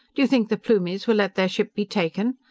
d'you think the plumies will let their ship be taken?